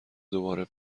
دوباره